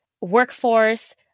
workforce